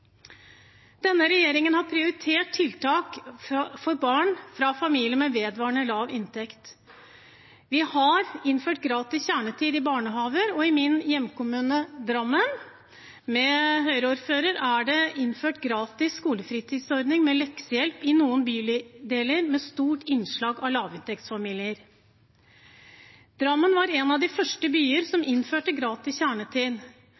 Denne regjeringen har prioritert tiltak for barn fra familier med vedvarende lav inntekt. Vi har innført gratis kjernetid i barnehager. I min hjemkommune, Drammen, som har Høyre-ordfører, er det innført gratis skolefritidsordning og leksehjelp i noen bydeler med stort innslag av lavinntektsfamilier. Drammen var en av de første byene som innførte gratis kjernetid.